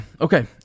Okay